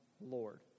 Lord